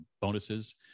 bonuses